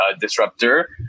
disruptor